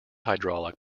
hydraulic